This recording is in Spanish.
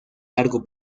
largo